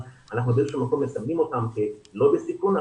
אנחנו באיזשהו מקום מסמנים אותם כלא בסיכון.